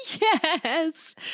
Yes